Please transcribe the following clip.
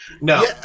No